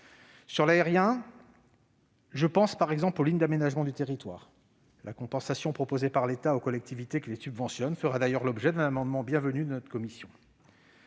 Sur l'aérien, je pense, par exemple, aux lignes d'aménagement du territoire. La compensation proposée par l'État aux collectivités qui les subventionnent fera d'ailleurs l'objet d'un amendement bienvenu de notre commission.